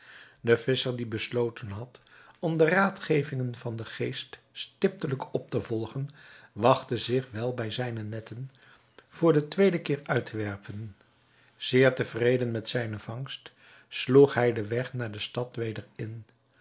de visscher die besloten had om de raadgevingen van den geest stiptelijk op te volgen wachtte zich wel zijne netten voor den tweeden keer uit te werpen zeer tevreden met zijne vangst sloeg hij den weg naar de stad weder in